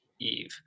Eve